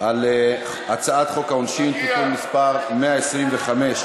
על הצעת חוק העונשין (תיקון מס' 125),